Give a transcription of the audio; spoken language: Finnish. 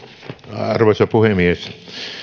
arvoisa puhemies